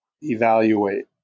evaluate